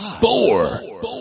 four